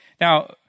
Now